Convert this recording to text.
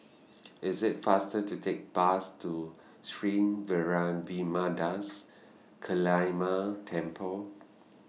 IS IT faster to Take Bus to Sri Vairavimada's Kaliamman Temple